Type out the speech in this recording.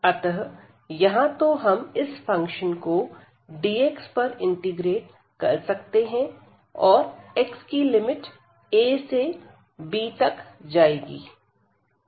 अतः यहां तो हम इस फंक्शन को dx पर इंटीग्रेट कर सकते हैं और x की लिमिट a से b तक जाएगी